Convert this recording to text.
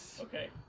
Okay